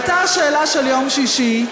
עלתה השאלה של יום שישי,